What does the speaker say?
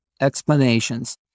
explanations